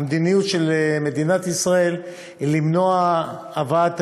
המדיניות של מדינת ישראל היא למנוע הבאת